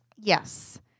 Yes